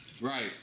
Right